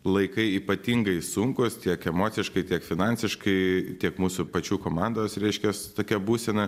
laikai ypatingai sunkūs tiek emociškai tiek finansiškai tiek mūsų pačių komandos reiškias tokia būsena